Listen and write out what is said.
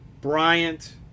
Bryant